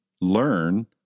learn